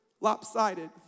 lopsided